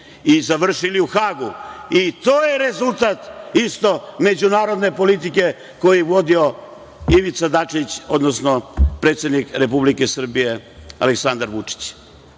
i završili u Hagu. To je rezultat isto međunarodne politike koju je vodio Ivica Dačić, odnosno predsednik Republike Srbije Aleksandar Vučić.